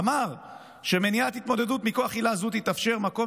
אמר ש"מניעת התמודדות מכוח עילה זו תתאפשר במקום